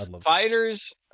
Fighters